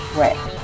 red